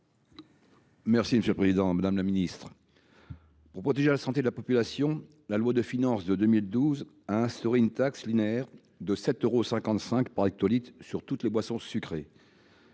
des comptes publics. Madame la ministre, pour protéger la santé de la population, la loi de finances pour 2012 a instauré une taxe linéaire de 7,55 euros par hectolitre sur toutes les boissons sucrées.